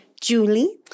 Julie